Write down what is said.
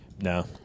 No